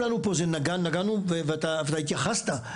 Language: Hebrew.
נגענו ואתה התייחסת,